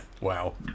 Wow